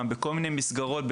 בכל מיני מסגרות,